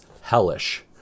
hellish